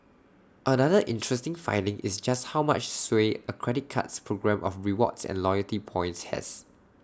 another interesting finding is just how much sway A credit card's programme of rewards and loyalty points has